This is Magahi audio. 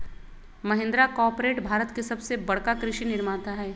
महिंद्रा कॉर्पोरेट भारत के सबसे बड़का कृषि निर्माता हई